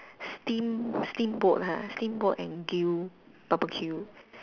steam steamboat ha steamboat and grill barbecue